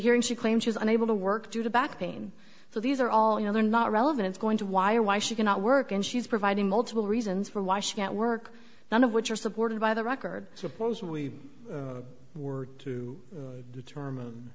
hearing she claims she was unable to work due to back pain so these are all you know they're not relevant it's going to wire why she cannot work and she's providing multiple reasons for why she can't work none of which are supported by the record supposing we were to determine